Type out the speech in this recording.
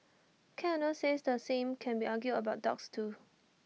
cat owners say the same can be argued about dogs too